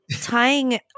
tying